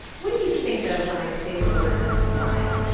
what do you think of when i say the word design?